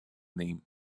name